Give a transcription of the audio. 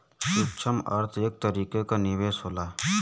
सूक्ष्म अर्थ एक तरीके क निवेस होला